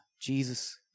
Jesus